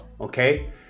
okay